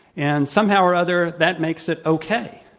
and somehow or other, that makes it okay.